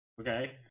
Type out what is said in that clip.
Okay